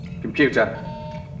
Computer